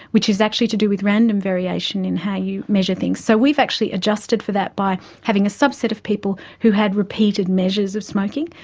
which is actually to do with random variation in how you measure things. so we've actually adjusted for that by having a subset of people who had repeated measures of smoking,